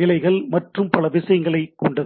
நிலைகள் மற்றும் பல விஷயங்களைக் கொண்டது